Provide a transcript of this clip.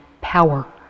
power